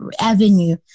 avenue